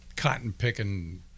cotton-picking